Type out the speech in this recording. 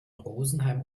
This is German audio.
rosenheim